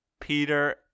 Peter